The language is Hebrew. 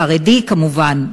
החרדי כמובן,